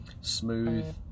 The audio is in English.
smooth